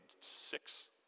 six